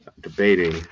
debating